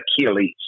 Achilles